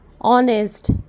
Honest